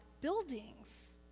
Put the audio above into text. buildings